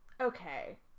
Okay